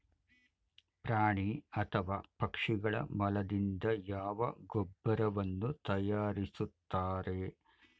ಪ್ರಾಣಿ ಅಥವಾ ಪಕ್ಷಿಗಳ ಮಲದಿಂದ ಯಾವ ಗೊಬ್ಬರವನ್ನು ತಯಾರಿಸುತ್ತಾರೆ?